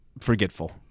forgetful